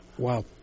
Wow